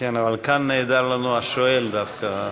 כן, אבל כאן נעדר לנו השואל דווקא.